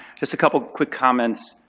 just a couple quick comments.